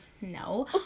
no